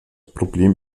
problem